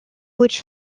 which